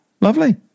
Lovely